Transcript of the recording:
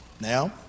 now